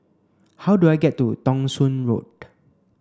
how do I get to Thong Soon Road